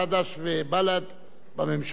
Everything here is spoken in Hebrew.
חד"ש ובל"ד בממשלה.